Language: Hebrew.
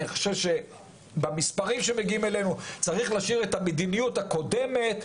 אני חושב שבמספרים שמגיעים אלינו צריך להשאיר את המדיניות הקודמת,